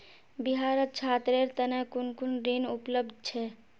बिहारत छात्रेर तने कुन कुन ऋण उपलब्ध छे